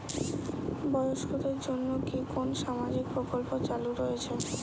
বয়স্কদের জন্য কি কোন সামাজিক প্রকল্প চালু রয়েছে?